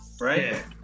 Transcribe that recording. right